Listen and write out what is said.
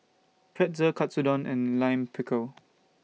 Pretzel Katsudon and Lime Pickle